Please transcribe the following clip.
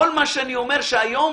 כל מה שאני אומר זה שהיום